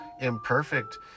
imperfect